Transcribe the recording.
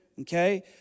okay